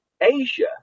asia